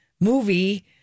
movie